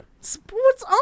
Sports